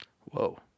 Whoa